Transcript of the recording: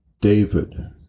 David